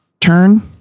turn